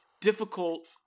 difficult